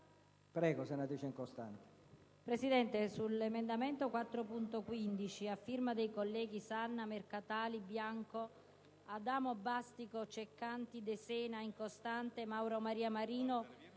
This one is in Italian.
*(PD)*. Signor Presidente sull'emendamento 4.15 a firma dei colleghi Sanna, Mercatali, Bianco, Adamo, Bastico, Ceccanti, De Sena, Incostante, Mauro Maria Marino,